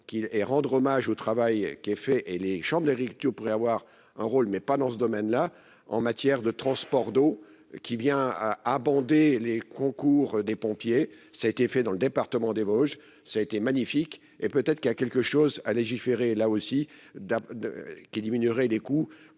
et rendre hommage au travail qui est fait et les chambres d'agriculture pourrait avoir un rôle mais pas dans ce domaine-là en matière de transport d'eau qui vient à abonder les concours des pompiers. Ça a été fait dans le département des Vosges. Ça a été magnifique et peut-être qu'il y a quelque chose à légiférer là aussi d'. Qui diminuerait les coûts